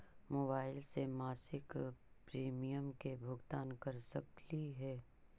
Mobile से मासिक premium के भुगतान कर सकली हे?